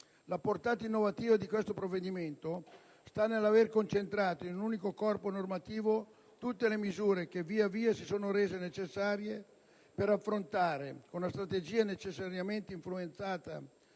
La portata innovativa di questo provvedimento sta nell'aver concentrato in un unico corpo normativo tutte le misure che via via si sono rese necessarie per affrontare, con una strategia necessariamente influenzata